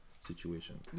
situation